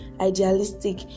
idealistic